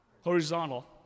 Horizontal